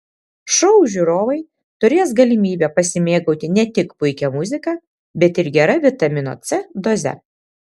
šou žiūrovai turės galimybę pasimėgauti ne tik puikia muzika bet ir gera vitamino c doze